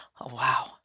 Wow